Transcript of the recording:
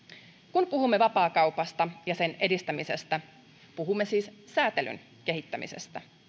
kun puhumme vapaakaupasta ja sen edistämisestä puhumme siis säätelyn kehittämisestä